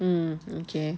mm mm okay